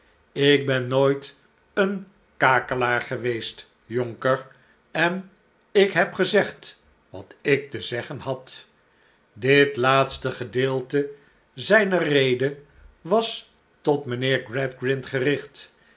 ik ben nooit een kakelaar geweest jonker en ik neb gezegd wat ik te zeggen bad dit laatste gedeelte zijner rede was tot mijnheer gradgrind gericht